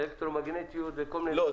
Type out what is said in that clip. אלקטרומגנטיות וכל מיני...